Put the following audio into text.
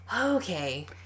Okay